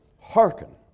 Hearken